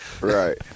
Right